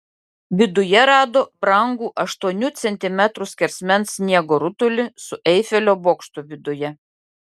viduje rado brangų aštuonių centimetrų skersmens sniego rutulį su eifelio bokštu viduje